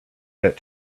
that